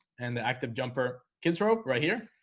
and the active jumper kids rope right here.